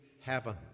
heaven